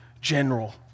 general